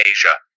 Asia